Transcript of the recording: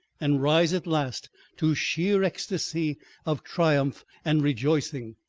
and rise at last to sheer ecstasy of triumph and rejoicing.